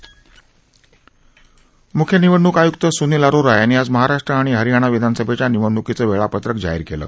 म्ख्य निवडणूक आयुक्त सुनील अरोरा यांनी आज महाराष्ट्र आणि हरियाणा विधानसभेच्या निवडणुकीचं वेळपत्रक जाहीर केलं